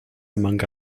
among